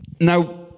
Now